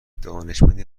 دانشمندی